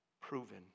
Proven